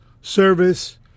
service